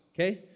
okay